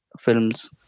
films